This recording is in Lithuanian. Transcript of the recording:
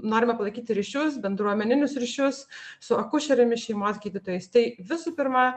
norime palaikyti ryšius bendruomeninius ryšius su akušerėmis šeimos gydytojais tai visų pirma